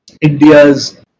India's